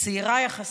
הצעירה יחסית,